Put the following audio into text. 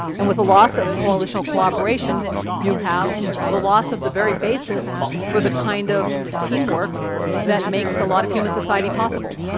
and with the loss of coalitional cooperation you have the loss of the very basis of the kind of teamwork that makes a lot of human society possible.